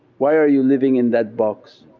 why are you living in that box?